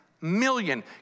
million